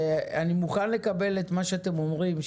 אני מוכן לקבל את מה שאתם אומרים,